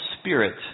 spirit